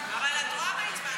איל בן ראובן,